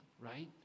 right